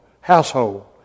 household